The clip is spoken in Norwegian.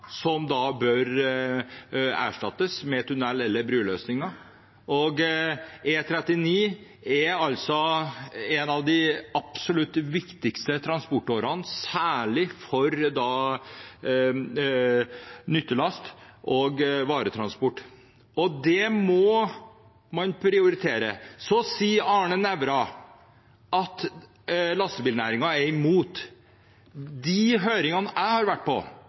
av de absolutt viktigste transportårene, særlig for nyttelast og varetransport. Det må man prioritere. Arne Nævra sier at lastebilnæringen er imot. På de høringene jeg har vært på,